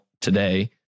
today